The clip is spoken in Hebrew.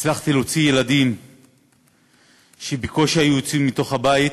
הצלחתי להוציא ילדים שבקושי היו יוצאים מתוך הבית,